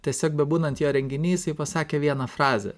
tiesiog bebūnant jo renginy jisai pasakė vieną frazę